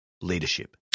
leadership